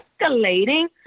escalating